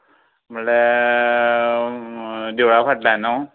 म्हळ्ळ्या देवळा फाटल्यान नू